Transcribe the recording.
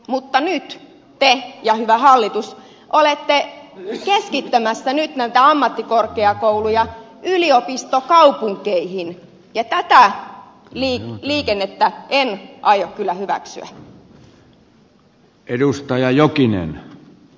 mutta nyt te ja hyvä hallitus olette keskittämässä näitä ammattikorkeakouluja yliopistokaupunkeihin ja tätä liikennettä en aio kyllä hyväksyä